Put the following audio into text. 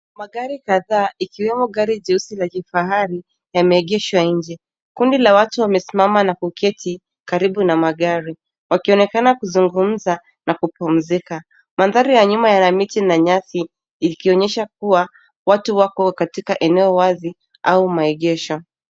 Magari kadhaa, ikiwemo gari jeusi la kifahari yameegeshwa nje. Kundi la watu wamesimama na kuketi karibu na magari, wakionekana kuzungumza na kupumzika. Mandhari ya nyuma yana miti na nyasi ikionyesha kuwa watu wako katika eneo wazi au maegesho.